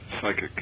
psychic